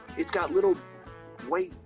it's got little white,